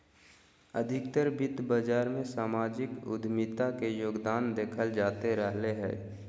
अधिकतर वित्त बाजार मे सामाजिक उद्यमिता के योगदान देखल जाते रहलय हें